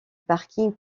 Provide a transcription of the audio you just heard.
parking